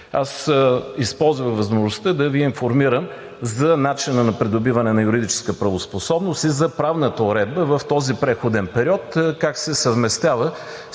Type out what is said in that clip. Аз използвам възможността да Ви информирам за начина на придобиване на юридическа правоспособност и за правната уредба в този преходен период – как се съвместява